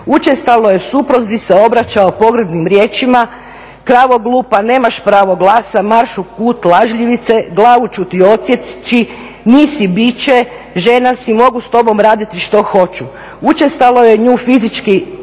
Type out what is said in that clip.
učestalo je supruzi se obraćao pogrdnim riječima, kravo glupa, nemaš pravo glasa, marš u kut, lažljivice, glavu ću ti odsjeći, nisi biće žena si mogu s tobom raditi što hoću. Učestalo je na nju fizički